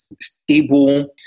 stable